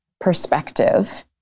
perspective